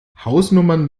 hausnummern